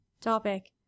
Topic